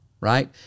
Right